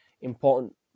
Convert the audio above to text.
important